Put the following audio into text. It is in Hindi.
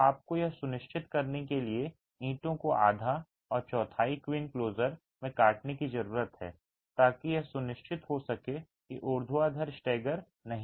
तो आपको यह सुनिश्चित करने के लिए ईंटों को आधा और चौथाई क्वीन क्लोजर में काटने की जरूरत है ताकि यह सुनिश्चित हो सके कि ऊर्ध्वाधर स्टैगर नहीं है